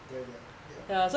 died there ya